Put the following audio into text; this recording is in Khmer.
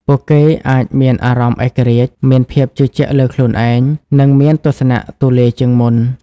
ពួកគេអាចមានអារម្មណ៍ឯករាជ្យ មានភាពជឿជាក់លើខ្លួនឯង និងមានទស្សនៈទូលាយជាងមុន។